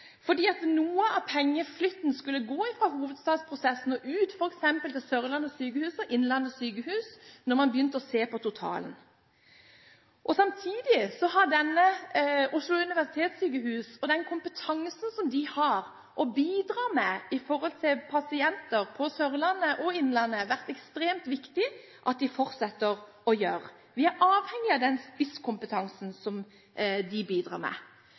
fordi noe av pengeflyten skulle gå fra hovedstadsprosessen og ut til f.eks. Sørlandet sykehus og Sykehuset Innlandet når man begynte å se på totalen. Samtidig har den kompetansen som de har å bidra med ved Oslo universitetssykehus overfor pasienter ved Sørlandet sykehus og Sykehuset Innlandet, vært ekstremt viktig – og det er viktig at det fortsetter slik. Vi er avhengig av den spisskompetansen som de bidrar med.